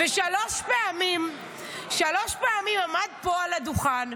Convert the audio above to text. שלוש פעמים עמד פה על הדוכן,